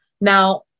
now